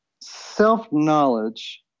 self-knowledge